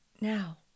Now